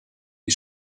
die